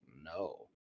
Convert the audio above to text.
no